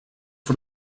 for